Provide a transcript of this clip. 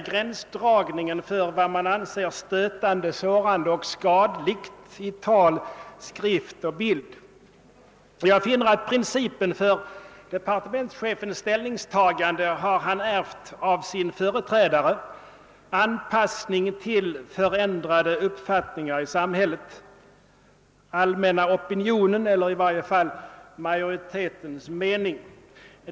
Gränsdragningen för vad man anser stötande, sårande och skadligt i tal, skrift och bild är ju en svår materia, och jag finner att departementschefen har ärvt principen för sitt ställningstagande av sin företrädare: anpassning till förändrade uppfattningar i samhället, allmänna opinionen eller i varje fall majoritetens mening.